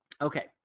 Okay